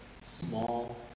Small